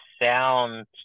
sound